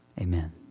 Amen